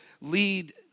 lead